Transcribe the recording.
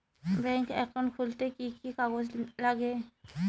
Bank account খুলতে কি কি কাগজ লাগে?